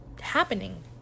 happening